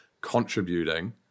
contributing